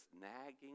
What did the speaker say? nagging